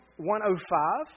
105